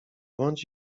bądź